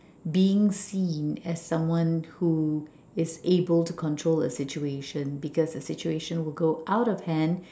being seen as someone who is able to control a situation because a situation will go out of hand